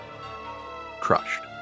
Crushed